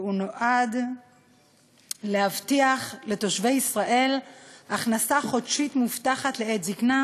והוא נועד להבטיח לתושבי ישראל הכנסה חודשית לעת זיקנה,